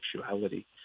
sexuality